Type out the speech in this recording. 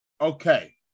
Okay